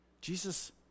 Jesus